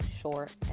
short